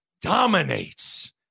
dominates